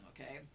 Okay